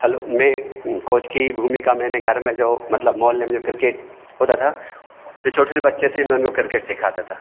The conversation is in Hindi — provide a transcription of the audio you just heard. हलो मैं कोच कि भूमिका मैंने घर में जो मतलब मोहल्ले में जो क्रिकेट होता था छोटे छोटे बच्चे थे मैं उनको किर्केट सिखाता था